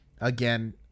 Again